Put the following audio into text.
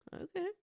Okay